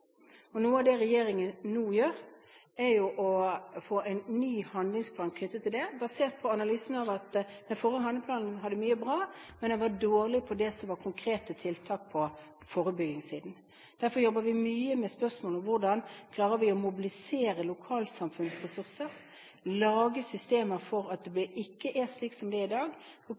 Noe av det regjeringen nå gjør, er å få en ny handlingsplan knyttet til det, basert på en analyse som sa at den forrige handlingsplanen hadde mye bra, men at den var dårlig på konkrete tiltak på forebyggingssiden. Derfor jobber vi mye med spørsmål om hvordan vi skal klare å mobilisere lokalsamfunnets ressurser og lage systemer for at det ikke skal være slik som det er i dag.